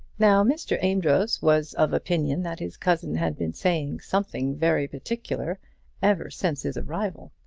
now mr. amedroz was of opinion that his cousin had been saying something very particular ever since his arrival,